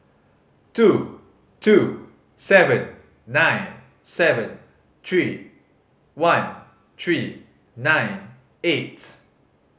two two seven nine seven three one three nine eight